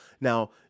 Now